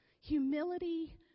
humility